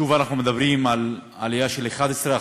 שוב אנחנו מדברים על עלייה של 11%,